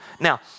Now